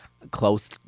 close